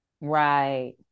Right